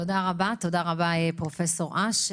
תודה רבה פרופ' אש.